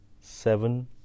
seven